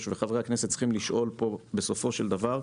וחברי הכנסת צריכים לשאול פה בסופו של דבר,